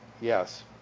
Yes